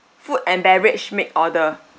food and beverage make order